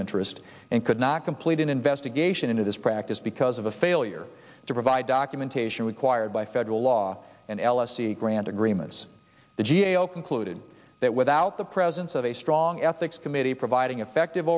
interest and could not complete an investigation into this practice because of a failure to provide documentation required by federal law and l s e grand agreements the g a o concluded that without the presence of a strong ethics committee providing effective